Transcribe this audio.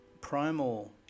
Primal